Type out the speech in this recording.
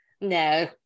No